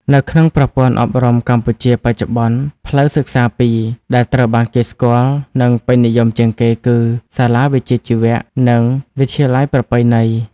នៅក្នុងប្រព័ន្ធអប់រំកម្ពុជាបច្ចុប្បន្ន ផ្លូវសិក្សាពីរដែលត្រូវបានគេស្គាល់និងពេញនិយមជាងគេគឺ សាលាវិជ្ជាជីវៈ និង វិទ្យាល័យប្រពៃណី។